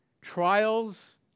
trials